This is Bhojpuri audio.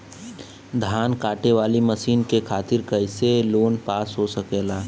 धान कांटेवाली मशीन के खातीर कैसे लोन पास हो सकेला?